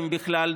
אם בכלל,